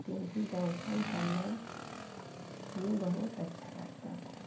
क्योंकि दर्शन करना हमें बहुत अच्छा लगता था